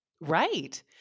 Right